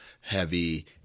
heavy